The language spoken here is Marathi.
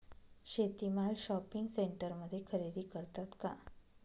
शेती माल शॉपिंग सेंटरमध्ये खरेदी करतात का?